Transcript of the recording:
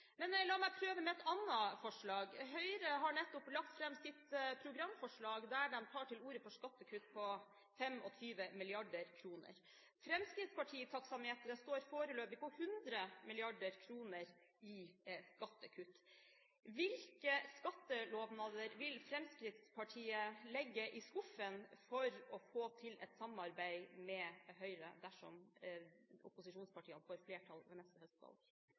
Men la meg prøve med et annet forslag. Høyre har nettopp lagt fram sitt programforslag, der de tar til orde for skattekutt på 25 mrd. kr. Fremskrittsparti-taksameteret står foreløpig på 100 mrd. kr i skattekutt. Hvilke skattelovnader vil Fremskrittspartiet legge i skuffen for å få til et samarbeid med Høyre, dersom opposisjonspartiene får flertall ved neste